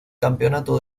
campeonato